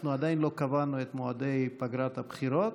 אנחנו עדיין לא קבענו את מועדי פגרת הבחירות,